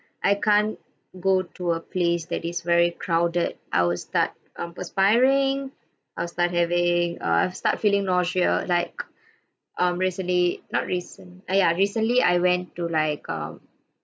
I can't go to a place that is very crowded I will start um perspiring I will start having err start feeling nausea like um recently not recent uh ya recently I went to like um